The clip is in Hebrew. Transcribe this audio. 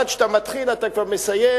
עד שאתה מתחיל אתה כבר מסיים,